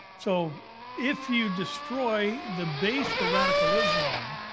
so if you destroy the base for radical islam,